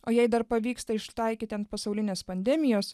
o jei dar pavyksta ištaikyti ant pasaulinės pandemijos